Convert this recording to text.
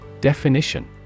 definition